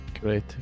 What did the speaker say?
Great